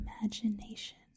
imagination